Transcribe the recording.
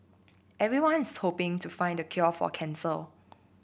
everyone's hoping to find the cure for cancer